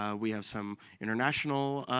um we have some international